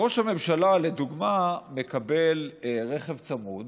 ראש הממשלה, לדוגמה, מקבל רכב צמוד